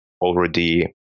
already